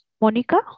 Monica